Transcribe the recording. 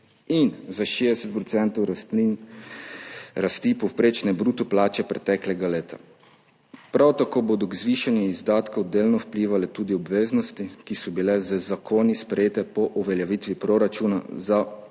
in za 60 % rasti povprečne bruto plače preteklega leta. Prav tako bodo k zvišanju izdatkov delno vplivale tudi obveznosti, ki so bile z zakoni sprejete po uveljavitvi proračuna za tekoče